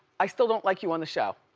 i still don't like you on the show.